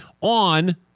on